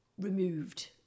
removed